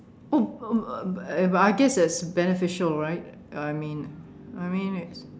oh b~ b~ but I guess it's beneficial right I mean I mean